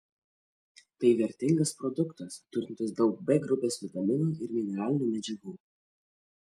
tai vertingas produktas turintis daug b grupės vitaminų ir mineralinių medžiagų